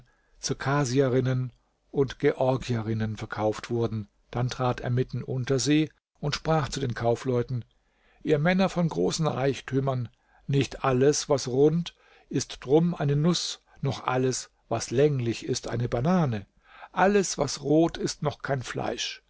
und georgierinnen verkauft wurden dann trat er mitten unter sie und sprach zu den kaufleuten ihr männer von großen reichtümern nicht alles was rund ist drum eine nuß noch alles was länglich ist eine banane alles was rot ist noch kein fleisch